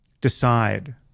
decide